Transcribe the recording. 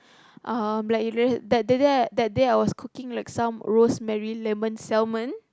um like you that that that day I that day I was cooking like some rosemary lemon salmon